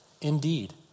Indeed